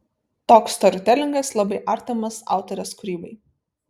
toks storytelingas labai artimas autorės kūrybai